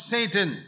Satan